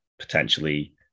Potentially